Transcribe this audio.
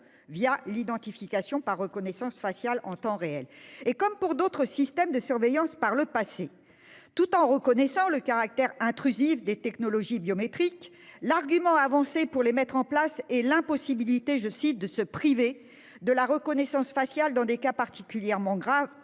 l'identification par reconnaissance faciale en temps réel. Comme pour d'autres systèmes de surveillance par le passé, tout en reconnaissant le caractère intrusif des technologies biométriques, l'argument avancé pour les mettre est place est l'impossibilité « de se priver de la reconnaissance faciale dans des cas particulièrement graves,